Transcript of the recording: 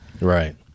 Right